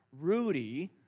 Rudy